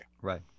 Right